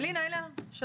אלינה, בבקשה.